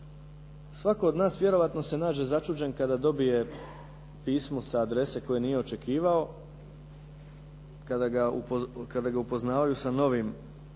Svako od nas vjerojatno se nađe začuđen kada dobije pismo sa adrese koje nije očekivao, kada ga upoznavaju sa novih proizvodima,